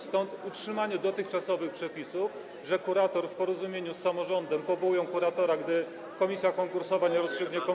Stąd utrzymanie dotychczasowych przepisów, że kurator w porozumieniu z samorządem powołują dyrektora, gdy komisja konkursowa nie rozstrzygnie konkursu.